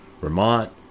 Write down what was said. Vermont